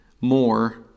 more